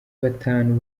batanu